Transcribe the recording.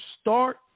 start